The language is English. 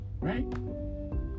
Right